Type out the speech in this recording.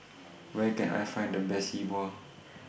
Where Can I Find The Best Yi Bua